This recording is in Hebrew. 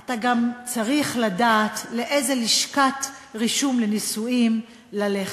אתה גם צריך לדעת לאיזו לשכת רישום לנישואין ללכת.